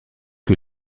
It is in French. que